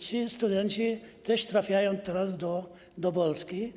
Ci studenci też trafiają teraz do Polski.